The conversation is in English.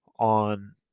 on